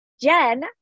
Jen